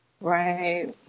Right